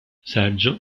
sergio